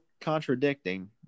contradicting